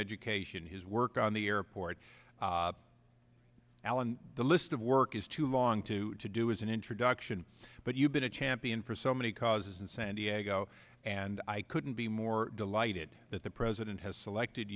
education his work on the airport allan the list of work is too long to do as an introduction but you've been a champion for so many causes in san diego and i couldn't be more delighted that the president has selected